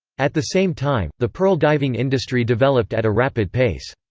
at the same time, the pearl diving industry developed at a rapid pace.